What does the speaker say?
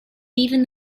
even